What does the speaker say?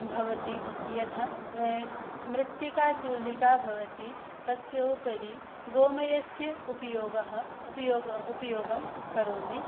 भवति यथा मृत्तिका चूलिका भवति तस्योपरि गोमयस्य उपयोगः उपयोगं करोमि